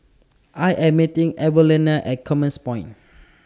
I Am meeting Evelena At Commerce Point